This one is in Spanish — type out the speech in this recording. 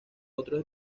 otros